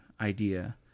idea